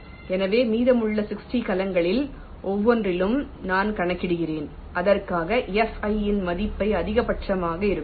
எனவே மீதமுள்ள 60 கலங்களில் ஒவ்வொன்றிற்கும் நான் கணக்கிடுகிறேன் அதற்காக Fi இன் மதிப்பு அதிகபட்சமாக இருக்கும்